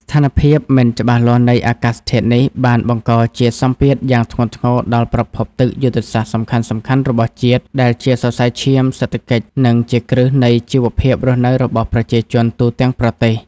ស្ថានភាពមិនច្បាស់លាស់នៃអាកាសធាតុនេះ បានបង្កជាសម្ពាធយ៉ាងធ្ងន់ធ្ងរដល់ប្រភពទឹកយុទ្ធសាស្ត្រសំខាន់ៗរបស់ជាតិ ដែលជាសរសៃឈាមសេដ្ឋកិច្ច និងជាគ្រឹះនៃជីវភាពរស់នៅរបស់ប្រជាជនទូទាំងប្រទេស។